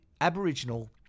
Aboriginal